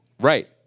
Right